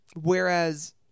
whereas